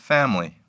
Family